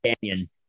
Canyon